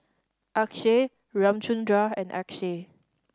Akshay Ramchundra and Akshay